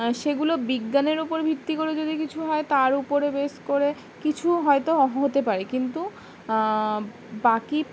সেগুলো বিজ্ঞানের উপর ভিত্তি করে যদি কিছু হয় তার উপরে বেশ করে কিছু হয়তো হতে পারে কিন্তু বাকি